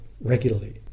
regularly